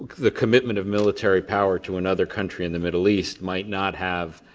the commitment of military power to another country in the middle east might not have